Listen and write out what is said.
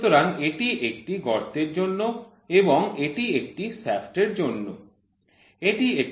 সুতরাং এটি একটি গর্তের জন্য এবং এটি একটি শ্যাফ্টের জন্য